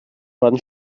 wann